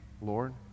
Lord